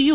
you